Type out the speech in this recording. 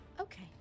Okay